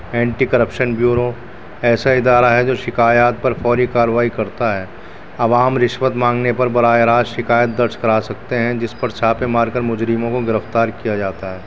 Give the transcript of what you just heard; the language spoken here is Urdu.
اینٹیکرپشن بیوروں ایسا ادارہ ہے جو شکایات پر فوری کارروائی کرتا ہے عوام رشوت مانگنے پر براہ راست شکایت درج کرا سکتے ہیں جس پر چھاپے مار کر مجرموں کو گرفتار کیا جاتا ہے